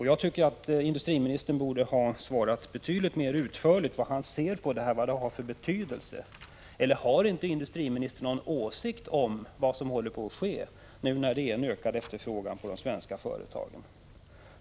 Jag tycker att industriministern borde ha svarat betydligt mer utförligt — hur han ser på dessa frågor och vilken betydelse de kan få. Har inte industriministern någon åsikt om vad som håller på att ske nu när efterfrågan på de svenska företagen ökar?